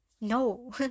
No